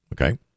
Okay